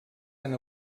han